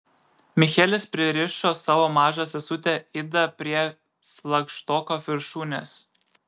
michelis pririšo savo mažą sesutę idą prie flagštoko viršūnės